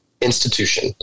institution